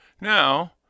Now